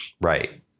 Right